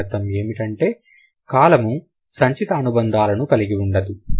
దాని అర్థం ఏమిటంటే కాలము సంచిత అనుబంధాలను కలిగి ఉండదు